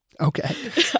Okay